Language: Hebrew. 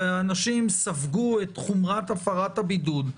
ואנשים ספגו את חומרת הפרת הבידוד,